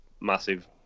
massive